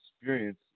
experience